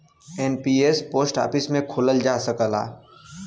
NPS post office में खोलल जा सकला